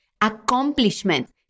accomplishment